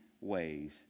ways